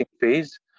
phase